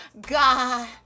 God